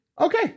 Okay